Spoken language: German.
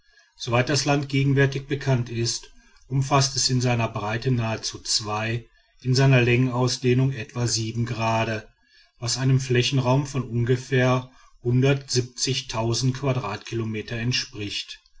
soweit das land gegenwärtig bekannt ist umfaßt es in seiner breite nahezu zwei in seiner längenausdehnung etwa sieben grade was einem flächenraum von ungefähr quadratkilometern entspricht